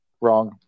wrong